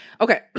Okay